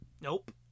Nope